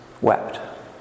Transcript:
wept